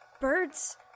Birds